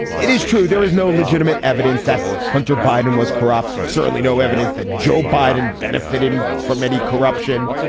it is true. there is no legitimate evidence that hunter biden was corrupt and certainly no evidence that joe biden benefited from any corruption.